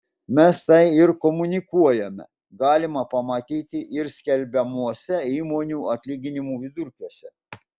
mes tai ir komunikuojame galima pamatyti ir skelbiamuose įmonių atlyginimų vidurkiuose